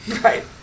Right